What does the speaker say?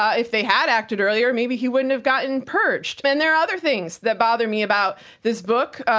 ah if they had acted earlier, maybe he wouldn't have gotten purged. then there are other things that bother me about this book.